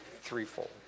threefold